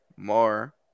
more